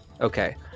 Okay